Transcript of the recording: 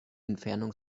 entfernung